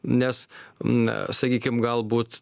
nes na sakykim galbūt